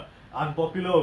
serious